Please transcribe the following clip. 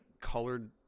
colored